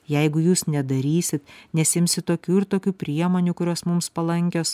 jeigu jūs nedarysit nesiimsit tokių ir tokių priemonių kurios mums palankios